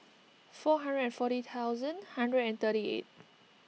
four hundred and forty thousand hundred and thirty eight